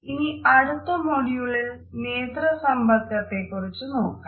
ഇനി അടുത്ത മോഡ്യൂളിൽ നേത്രസമ്പർക്കത്തെക്കുറിച്ച് നോക്കാം